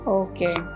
okay